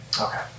Okay